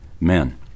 men